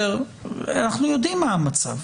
אנחנו יודעים מה המצב.